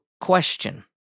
question